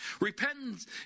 Repentance